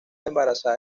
embarazada